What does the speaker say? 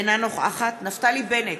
אינה נוכחת נפתלי בנט,